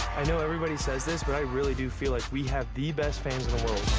i know everybody says this, but i really do feel like we have the best fans